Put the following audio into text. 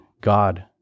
God